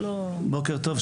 בוקר טוב.